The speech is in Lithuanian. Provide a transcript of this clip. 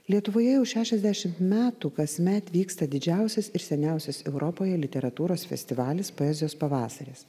lietuvoje jau šešiasdešimt metų kasmet vyksta didžiausias ir seniausias europoje literatūros festivalis poezijos pavasaris